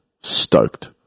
stoked